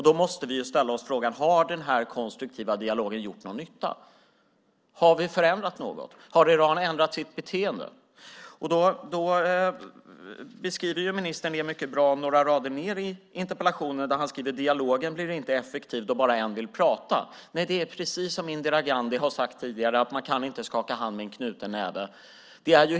Då måste vi ställa oss frågan: Har denna konstruktiva dialog gjort någon nytta? Har vi förändrat något? Har Iran ändrat sitt beteende? Ministern beskriver detta mycket bra några rader ned i interpellationen. Där står det: "Dialogen blir inte effektiv då bara en vill prata." Nej, det är precis som Indira Gandhi har sagt tidigare, nämligen att man inte kan skaka hand med en knuten näve.